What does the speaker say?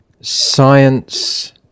science